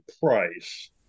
price